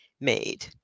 made